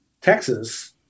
Texas